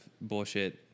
bullshit